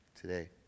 today